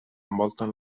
envolten